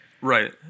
right